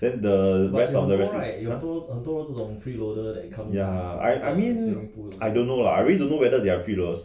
then the rest of the residents !huh! ya I I mean I don't know lah I really don't know whether they are free loaders